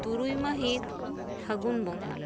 ᱛᱩᱨᱩᱭ ᱢᱟᱹᱦᱤᱛ ᱯᱷᱟᱹᱜᱩᱱ ᱵᱚᱸᱜᱟ